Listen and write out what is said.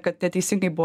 kad neteisingai buvo